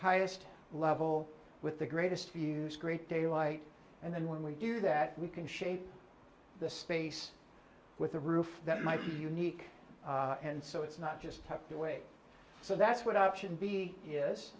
highest level with the greatest views great daylight and then when we do that we can shape the space with a roof that might be unique and so it's not just have to wait so that's what option b